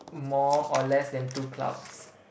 more or less than two clouds